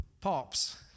Pops